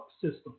system